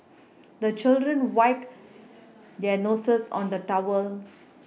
the children wipe their noses on the towel